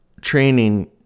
training